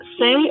say